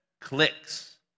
clicks